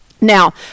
Now